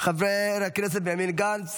חבר הכנסת בנימין גנץ,